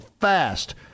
fast